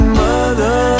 mother